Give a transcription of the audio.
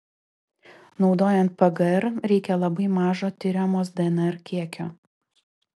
naudojant pgr reikia labai mažo tiriamos dnr kiekio